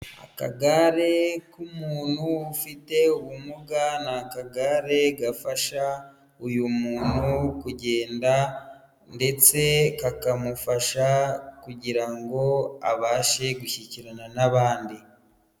Akagare k'umuntu ufite ubumuga ni akagare gafasha uyu muntu kugenda ndetse kakamufasha kugira ngo abashe gushyikirana n'abandi.